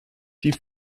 die